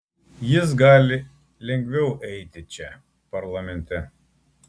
jis gali lengviau eiti čia parlamente